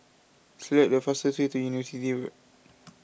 select the fastest way to University Road